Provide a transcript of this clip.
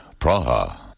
Praha